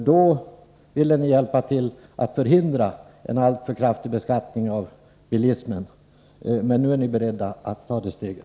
Då ville ni hjälpa till att förhindra en alltför kraftig beskattning av bilismen, men nu är ni beredda att ta det steget.